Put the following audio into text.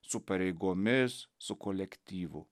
su pareigomis su kolektyvu